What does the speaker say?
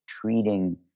treating